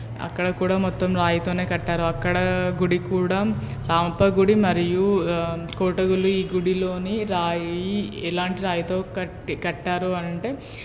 అక్కడ కూడా మొత్తం రాయితోనే కట్టారు అక్కడ గుడి కూడా రామప్ప గుడి మరియు కోటగుళ్ళు ఈ గుడిలోని రాయి ఎలాంటి రాయితో కట్ కట్టారు అని అంటే